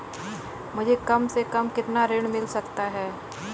मुझे कम से कम कितना ऋण मिल सकता है?